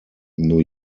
new